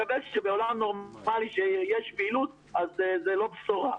אני מקבל שבעולם נורמלי כשיש פעילות זאת לא בשורה.